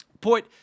point